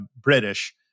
British